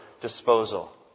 disposal